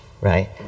right